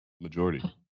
Majority